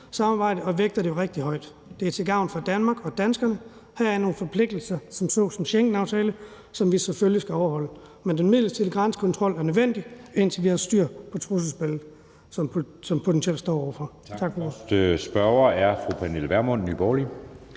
EU-samarbejdet og vægter det rigtig højt. Det er til gavn for Danmark og danskerne. Heri er nogle forpligtelser såsom Schengenaftalen, som vi selvfølgelig skal overholde. Men den midlertidige grænsekontrol er nødvendig, indtil vi har styr på trusselsbilledet og de trusler, som vi potentielt står over for.